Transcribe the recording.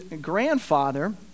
grandfather